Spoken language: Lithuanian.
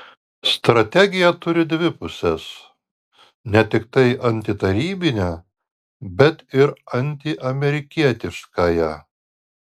strategija turi dvi puses ne tiktai antitarybinę bet ir antiamerikietiškąją